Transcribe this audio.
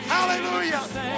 Hallelujah